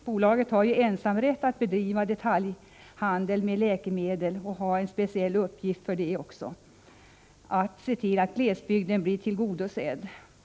Bolaget har ensamrätt att bedriva detaljhandel med läkemedel och har som en speciell uppgift att se till att glesbygden blir tillgodosedd.